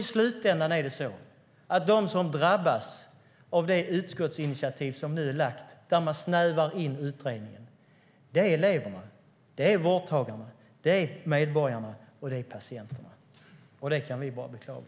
I slutänden är de som drabbas av det utskottsinitiativ som nu är framlagt där man snävar in utredningen eleverna, vårdtagarna, medborgarna och patienterna. Det kan vi bara beklaga.